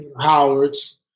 Howard's